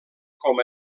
com